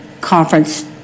conference